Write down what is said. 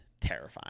terrifying